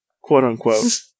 Quote-unquote